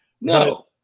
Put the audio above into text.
No